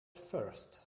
first